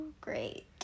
great